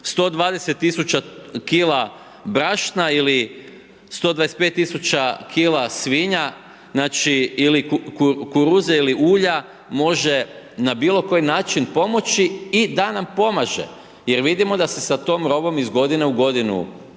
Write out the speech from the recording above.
120 000 kg brašna ili 125 000 kg svinja, znači, ili kuruze ili ulja može na bilo koji način pomoći i da nam pomaže jer vidimo da se sa tom robom iz godine u godinu